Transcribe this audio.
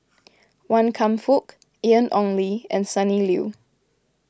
Wan Kam Fook Ian Ong Li and Sonny Liew